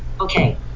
Okay